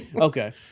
Okay